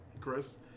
Chris